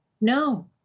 no